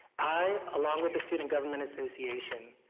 i, along with the student government association,